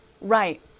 Right